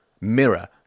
mirror